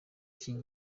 iki